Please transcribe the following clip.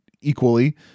equally